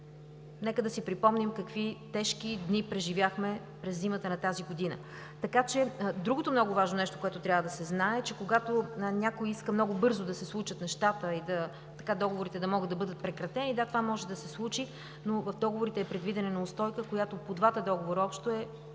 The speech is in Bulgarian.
Нека да си припомним какви тежки дни преживяхме през зимата на тази година. Другото много важно нещо, което трябва да се знае. Когато някой иска много бързо да се случат нещата и договорите да бъдат прекратени – да, това може да се случи, но в тях е предвидена неустойка, която по двата договора общо е